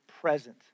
present